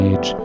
Age